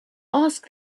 ask